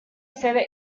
sede